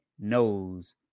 knows